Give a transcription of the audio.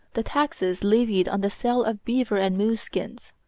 the taxes levied on the sale of beaver and moose skins.